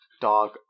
dog